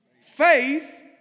faith